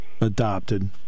adopted